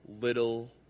little